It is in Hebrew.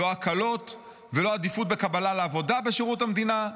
לא הקלות ולא עדיפות בקבלה לעבודה בשירות המדינה,